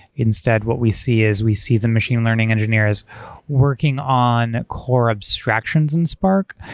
instead, what we see is we see the machine learning engineers working on core abstractions in spark.